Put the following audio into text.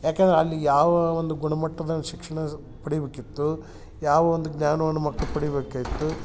ಯಾಕೆಂದರೆ ಅಲ್ಲಿ ಯಾವ ಒಂದು ಗುಣಮಟ್ಟದ ಶಿಕ್ಷಣ ಪಡಿಬೇಕಿತ್ತು ಯಾವ ಒಂದು ಜ್ಞಾನವನ್ನು ಮಕ್ಕಳು ಪಡಿಬೇಕಾಗಿತ್ತು